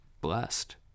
Blessed